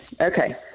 Okay